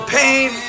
pain